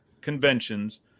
conventions